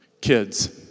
Kids